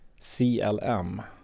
CLM